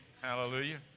hallelujah